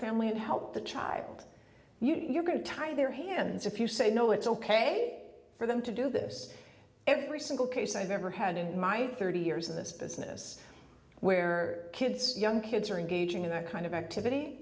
family and help the child you're going to tie their hands if you say no it's ok for them to do this every single case i've ever had in my thirty years in this business where kids young kids are engaging in that kind of activity